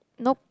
nope